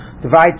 Divide